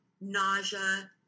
nausea